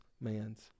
man's